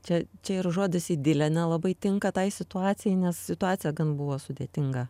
čia čia ir žodis idilė nelabai tinka tai situacijai nes situacija gan buvo sudėtinga